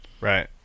Right